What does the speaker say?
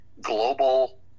global